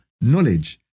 knowledge